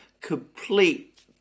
complete